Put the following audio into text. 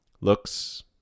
looks